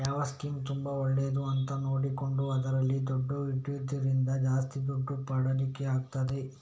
ಯಾವ ಸ್ಕೀಮ್ ತುಂಬಾ ಒಳ್ಳೇದು ಅಂತ ನೋಡಿಕೊಂಡು ಅದ್ರಲ್ಲಿ ದುಡ್ಡು ಇಡುದ್ರಿಂದ ಜಾಸ್ತಿ ದುಡ್ಡು ಪಡೀಲಿಕ್ಕೆ ಆಗ್ತದೆ